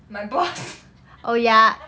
my boss